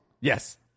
Yes